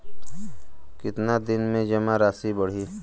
कितना दिन में जमा राशि बढ़ी?